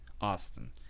Austin